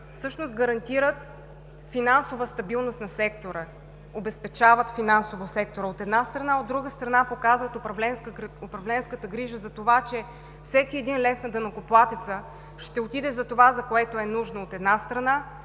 всъщност гарантират финансова стабилност на сектора. Обезпечават финансово сектора, от една страна, а от друга страна, показват управленската грижа, че всеки един лев на данъкоплатеца ще отиде за това, за което е нужно, но ще